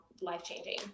life-changing